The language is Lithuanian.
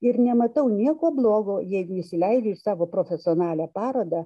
ir nematau nieko blogo jeigu įsileidi į savo profesionalią parodą